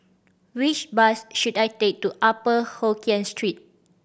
which bus should I take to Upper Hokkien Street